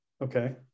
Okay